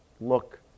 look